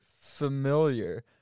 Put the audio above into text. familiar